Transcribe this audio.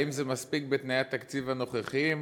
האם זה מספיק בתנאי התקציב הנוכחיים,